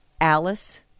Alice